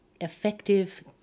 effective